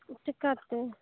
ᱪᱤᱠᱟᱛᱮ